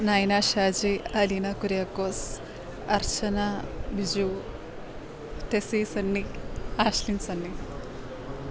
Nayana Shaji Aleena Kuriakose Archana Biju Tessy Sunny Ashlin Sunny